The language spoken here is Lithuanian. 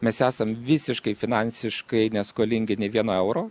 mes esam visiškai finansiškai neskolingi nei vieno euro